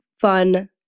fun